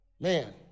man